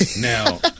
Now